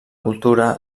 cultura